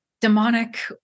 demonic